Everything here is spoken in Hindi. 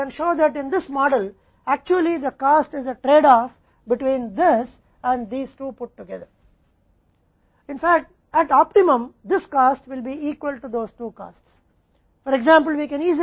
हम यह भी दिखा सकते हैं कि हमने इसे स्पष्ट रूप से नहीं दिखाया है हम दिखा सकते हैं कि इस मॉडल में वास्तव में लागत इस और के बीच एक व्यापार है